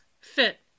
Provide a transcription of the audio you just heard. fit